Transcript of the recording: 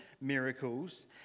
miracles